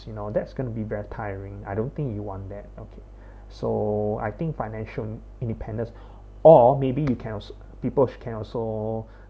you know that's gonna be very tiring I don't think you want that okay so I think financial independence or maybe you can also people can also